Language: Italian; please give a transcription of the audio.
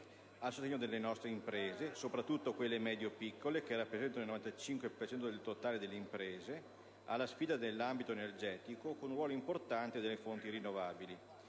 al sostegno delle nostre imprese (soprattutto di quelle medio-piccole, che rappresentano il 95 per cento del totale delle imprese), alla sfida nell'ambito energetico con un ruolo importante delle fonti rinnovabili,